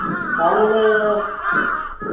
ᱛᱟᱦᱮᱸ ᱱᱟᱞᱮ